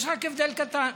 יש רק הבדל קטן,